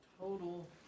total